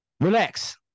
Relax